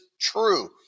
true